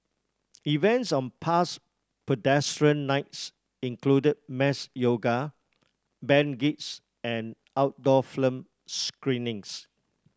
events on past Pedestrian Nights included mass yoga band gigs and outdoor film screenings